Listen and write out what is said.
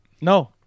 No